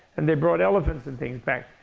and they brought elephants and things back.